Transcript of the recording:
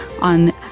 on